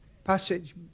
Passage